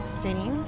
city